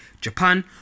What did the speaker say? japan